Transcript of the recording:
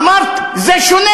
אמרת: זה שונה,